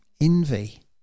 Envy